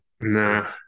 Nah